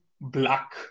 black